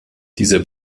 dieser